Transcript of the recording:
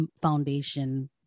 foundation